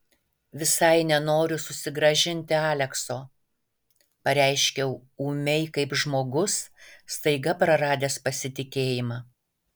visai nenoriu susigrąžinti alekso pareiškiau ūmiai kaip žmogus staiga praradęs pasitikėjimą